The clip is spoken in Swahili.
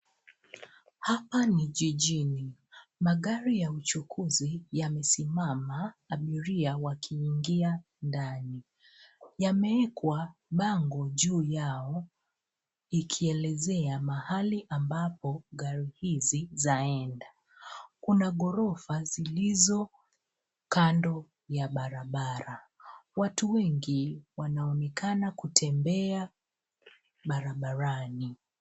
Hapa ni jijini. Magari ya uchukuzi yamesimama abiria wakiingia ndani. Yamewekwa bango juu yao ikielezea mahali ambapo gari hizi zaenda. Kuna ghorofa zilizo kando ya barabara. Watu wengi wanaonekana kutembea barabarani.